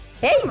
Hey